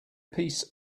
piece